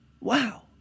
wow